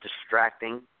Distracting